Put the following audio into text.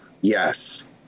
yes